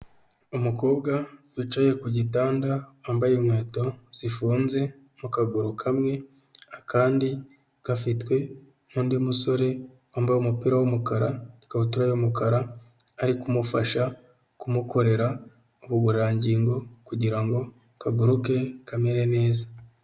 Umukobwa wicaye ku gitanda wambaye inkweto zifunze mu kaguru kamwe, akandi gafitwe n'undi musore wambaye umupira w'umukara, ikabutura y'umukara, ari kumufasha kumukorera ubugororangingo kugira ngo akaguru ke kamere neza.